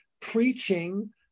preaching